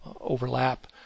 overlap